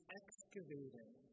excavating